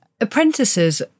Apprentices